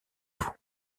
vous